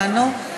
הבנו.